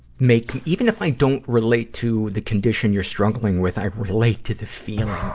make even if i don't relate to the condition you're struggling with, i relate to the feeling.